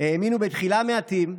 האמינו בתחילה מעטים,